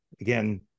Again